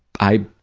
i,